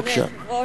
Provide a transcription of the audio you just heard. אדוני היושב-ראש,